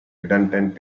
redundant